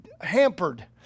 hampered